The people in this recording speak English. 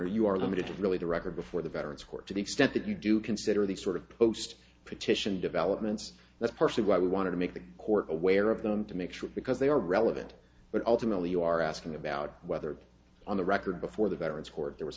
honor you are limited to really the record before the veterans court to the extent that you do consider these sort of post petition developments the person i want to make the court aware of them to make sure because they are relevant but ultimately you are asking about whether on the record before the veterans court there was